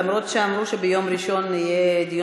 למרות שאמרו שביום ראשון יהיה דיון בממשלה?